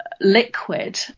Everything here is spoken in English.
liquid